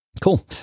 Cool